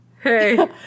Hey